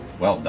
well done.